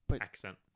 accent